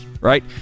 right